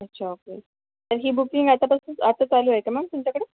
अच्छा ओके तर ही बुकिंग आतापासूनच आता चालू आहे का मग तुमच्याकडे